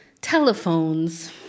telephones